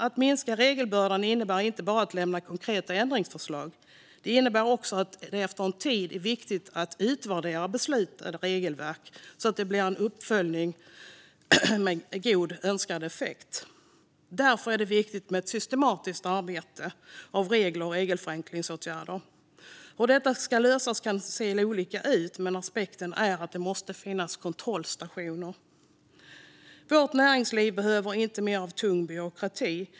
Att minska regelbördan innebär inte bara att lämna konkreta ändringsförslag. Det innebär också att det efter en tid är viktigt att utvärdera beslutade regelverk, så att det blir en uppföljning av om de ger god och önskad effekt. Därför är det viktigt med ett systematiskt arbete med regler och regelförenklingsåtgärder. Hur detta ska lösas kan se olika ut, men en aspekt är att det måste finnas kontrollstationer. Vårt näringsliv behöver inte mer av tung byråkrati.